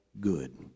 good